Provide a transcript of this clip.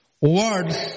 Words